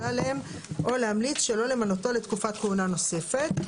עליהם או להמליץ שלא למנותו לתקופת כהונה נוספת.